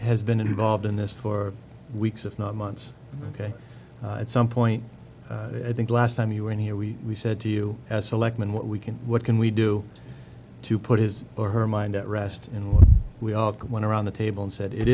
has been involved in this for weeks if not months ok at some point i think last time you were in here we said to you as selectman what we can what can we do to put his or her mind at rest and what we are going around the table and said it